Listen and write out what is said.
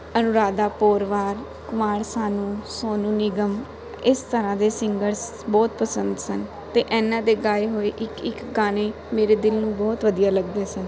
ਅਨੁਰਾਧਾ ਪੋਡਵਾਲ ਕੁਮਾਰ ਸਾਹਨੂ ਸੋਨੂੰ ਨੀਗਮ ਇਸ ਤਰ੍ਹਾਂ ਦੇ ਸਿੰਗਰਸ ਬਹੁਤ ਪਸੰਦ ਸਨ ਅਤੇ ਇਹਨਾਂ ਦੇ ਗਾਏ ਹੋਏ ਇੱਕ ਇੱਕ ਗਾਣੇ ਮੇਰੇ ਦਿਲ ਨੂੰ ਬਹੁਤ ਵਧੀਆ ਲੱਗਦੇ ਸਨ